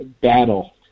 battle